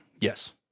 Yes